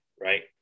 right